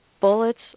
bullets